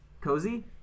cozy